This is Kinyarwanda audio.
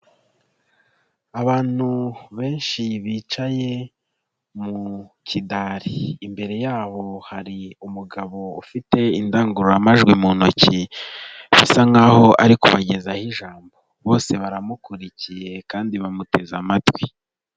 Abantu benshi bicaye mu kidari imbere yabo hari umugabo ufite indangururamajwi mu ntoki bisa nkaho ari kubagezaho ijambo, bose baramukurikiye kandi bamuteze amatwi.